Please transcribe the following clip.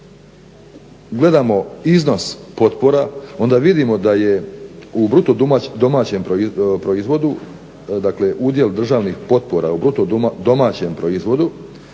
gledamo iznos potpora onda vidimo da je u bruto domaćem proizvodu, dakle udjel državnih potpora u bruto domaćem proizvodu